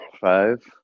Five